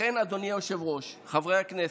לכן, אדוני היושב-ראש, חברי הכנסת,